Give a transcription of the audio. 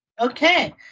Okay